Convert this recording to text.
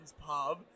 pub